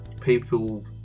people